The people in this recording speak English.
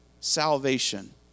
salvation